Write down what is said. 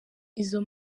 izo